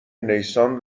نیسان